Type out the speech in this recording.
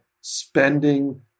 spending